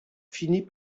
finit